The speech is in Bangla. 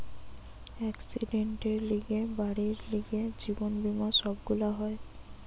একসিডেন্টের লিগে, বাড়ির লিগে, জীবন বীমা সব গুলা হয়